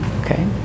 Okay